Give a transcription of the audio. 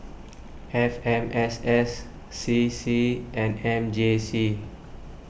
F M S S C C and M J C